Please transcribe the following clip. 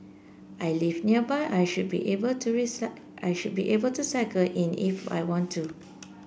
I live nearby I should be able to I should be able to cycle in if I want to